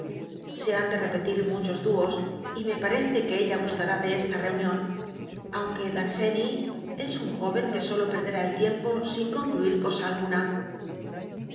se han de repetir muchos doob y me parece que ella gustará de esta reunión aunque panocny es un jdven que solo perderá el tiempo in concluir cosa alguna